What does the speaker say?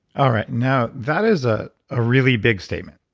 all right, now that is ah a really big statement.